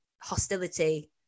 hostility